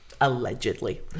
allegedly